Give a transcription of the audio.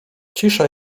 cisza